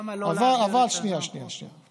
למה לא, שנייה, שנייה, שנייה.